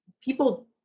people